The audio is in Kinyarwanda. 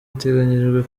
iteganyijwe